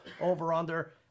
over-under